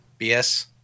BS